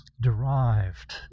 derived